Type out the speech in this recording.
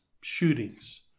shootings